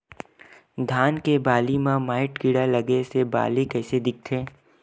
धान के बालि म माईट कीड़ा लगे से बालि कइसे दिखथे?